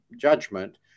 judgment